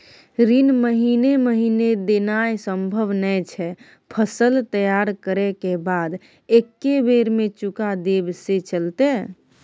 ऋण महीने महीने देनाय सम्भव नय छै, फसल तैयार करै के बाद एक्कै बेर में चुका देब से चलते?